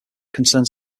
concerns